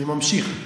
אני ממשיך.